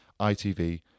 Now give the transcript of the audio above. ITV